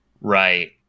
Right